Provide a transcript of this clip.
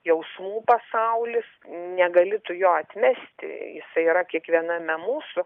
jausmų pasaulis negali tu jo atmesti jisai yra kiekviename mūsų